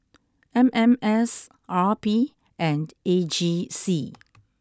M M S R P and A G C